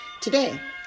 Today